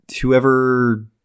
Whoever